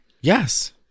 Yes